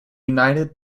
united